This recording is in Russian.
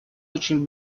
очень